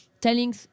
telling